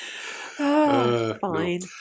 Fine